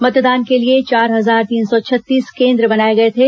मतदान के लिए चार हजार तीन सौ छत्तीस केंद्र बनाए गए थे